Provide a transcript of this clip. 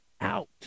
out